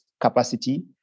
capacity